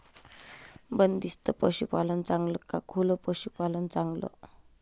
बंदिस्त पशूपालन चांगलं का खुलं पशूपालन चांगलं?